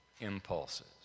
impulses